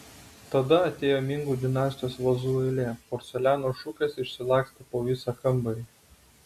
tada atėjo mingų dinastijos vazų eilė porceliano šukės išsilakstė po visą kambarį